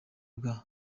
bwa